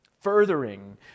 furthering